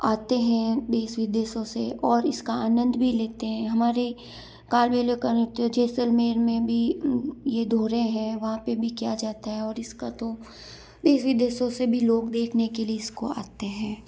आते हैं देश विदेशों से और इसका आनंद भी लेते हैं हमारे कालबेलिया का नृत्य जैसलमेर में भी यह धोरे हैं वहां पे भी किया जाता है और इसका तो देश विदेशों से भी लोग देखने के लिए इसको आते हैं